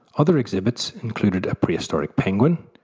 other exhibits included a prehistoric penguin,